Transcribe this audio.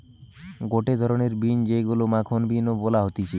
গটে ধরণের বিন যেইগুলো মাখন বিন ও বলা হতিছে